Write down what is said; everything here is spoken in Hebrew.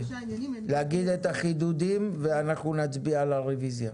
להגיד את החידודים ואנחנו נצביע על הרוויזיה.